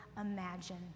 imagine